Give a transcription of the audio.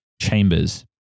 chambers